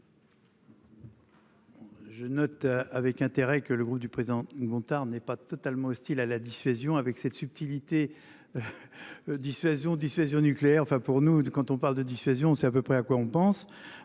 Je note avec intérêt que le groupe du président Gontard n'est pas totalement hostile à la dissuasion avec cette subtilité. Dissuasion dissuasion nucléaire, enfin pour nous quand on parle de dissuasion. C'est à peu près à quoi on pense